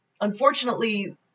Unfortunately